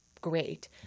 great